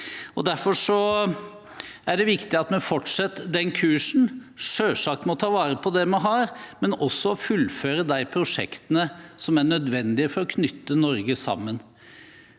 Derfor er det viktig at vi fortsetter den kursen – selvsagt med å ta vare på det vi har, men også med å fullføre de prosjektene som er nødvendige for å knytte Norge sammen.